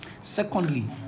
secondly